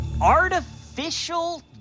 artificial